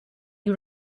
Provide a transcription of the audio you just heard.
you